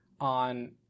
on